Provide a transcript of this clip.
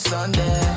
Sunday